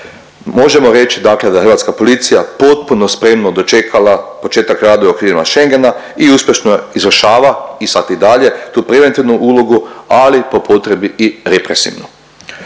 Možemo reći dakle da je Hrvatska policija potpuno spremno dočekala početak rada u okvirima Schengena i uspješno izvršava i sad i dalje tu preventivnu ulogu ali po potrebi i represivnu.